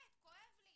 כואב לי,